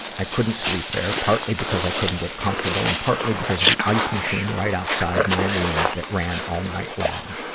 i couldn't sleep there, partly because i couldn't get comfortable and partly because of the ice machine right outside my room that ran all night long.